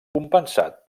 compensat